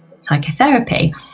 psychotherapy